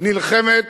נלחמת